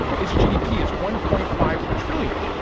its gdp is one point five trillion,